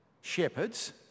shepherds